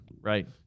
Right